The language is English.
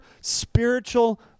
spiritual